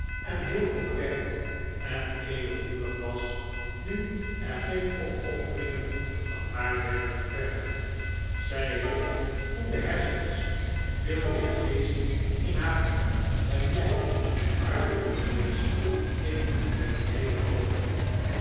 en heel oprecht en edelmoedig was nu er geen opofferingen van haar werden gevergd zij heeft goeie hersens veel meer geest in haar pink dan jij mijn arme lieve briggs in je geheele hoofd